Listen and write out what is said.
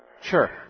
Sure